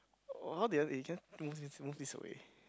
oh how did I eh can I move this move this away